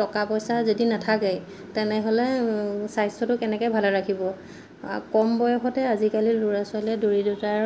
টকা পইচা যদি নাথাকে তেনেহ'লে স্বাস্থ্যটো কেনেকৈ ভালে ৰাখিব কম বয়সতে আজিকালি ল'ৰা ছোৱালীয়ে দৰিদ্ৰতাৰ